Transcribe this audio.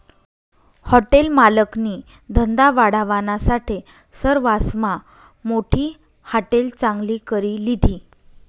hotel मालकनी धंदा वाढावानासाठे सरवासमा मोठी हाटेल चांगली करी लिधी